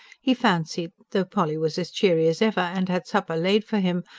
he fancied, though polly was as cheery as ever and had supper laid for him,